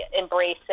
embracing